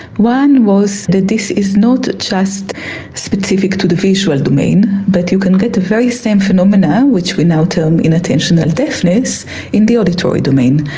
one was that this is not just specific to the visual domain but you can get the very same phenomena which we now term inattentional deafness in the auditory domain.